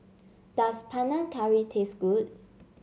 does Panang Curry taste good